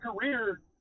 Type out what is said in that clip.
career